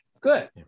Good